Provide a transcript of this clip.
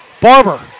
Barber